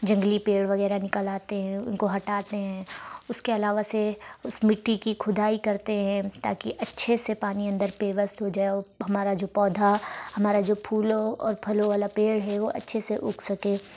جنگلی پیڑ وغیرہ نکل آتے ہیں ان کو ہٹاتے ہیں اس کے علاوہ سے اس مٹی کی کھدائی کرتے ہیں تاکہ اچھے سے پانی اندر پیوست ہو جائے اور ہمارا جو پودا ہمارا جو پھولوں اور پھلوں والا پیڑ ہے وہ اچھے سے اگ سکے